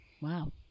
Wow